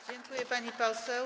Dziękuję, pani poseł.